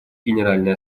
генеральной